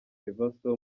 universal